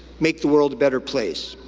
make the world a better place.